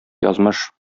язмыш